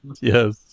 yes